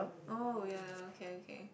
oh ya okay okay